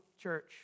church